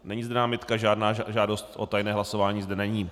Není zde námitka žádná, žádná žádost o tajné hlasování zde není.